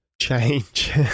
change